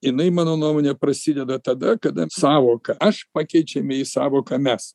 jinai mano nuomone prasideda tada kada sąvoka aš pakeičiame į sąvoką mes